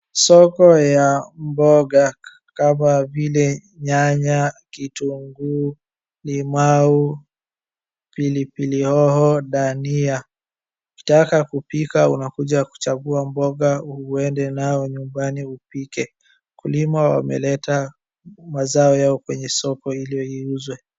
Soko ya mboga kama vile nyanya, kitunguu, limau, pilipilihoho, dhania. Ukitaka kupika unakuja kuchagua mboga uende nayo nyumbani upike. Wakulima wameleta mazao yao kwenye soko ili iuzwe.